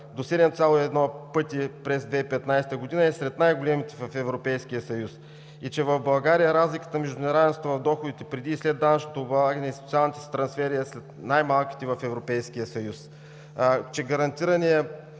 до 7,1 през 2015 г. и е сред най-големите в Европейския съюз, че в България разликата между неравенството в доходите, преди и след данъчното облагане и социалните трансфери, е сред най-малките в Европейския съюз, че равнището